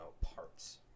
parts